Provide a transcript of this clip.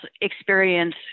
experience